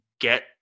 get